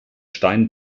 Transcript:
stein